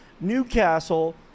Newcastle